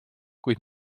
kuid